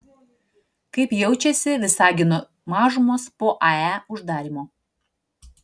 kaip jaučiasi visagino mažumos po ae uždarymo